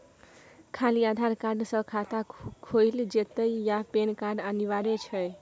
खाली आधार कार्ड स खाता खुईल जेतै या पेन कार्ड अनिवार्य छै?